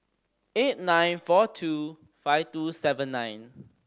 eight nine four two five two seven nine